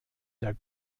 der